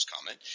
comment